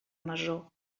masó